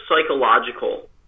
psychological